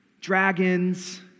dragons